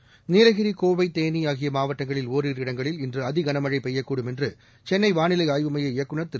seconds Nilgiri Kovai Theni ஆகிய மாவட்டங்களில் ஒரிரு இடங்களில் இன்று அதிகனமழை பெய்யக்கூடும் என்று சென்னை வானிலை ஆய்வு மைய இயக்குநர் திரு